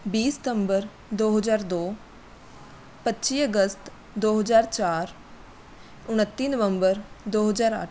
ਵੀਹ ਸਤੰਬਰ ਦੋ ਹਜ਼ਾਰ ਦੋ ਪੱਚੀ ਅਗਸਤ ਦੋ ਹਜ਼ਾਰ ਚਾਰ ਉਣੱਤੀ ਨਵੰਬਰ ਦੋ ਹਜ਼ਾਰ ਅੱਠ